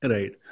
Right